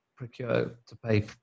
procure-to-pay